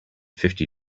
fifty